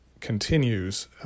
continues –